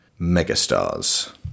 megastars